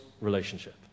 relationship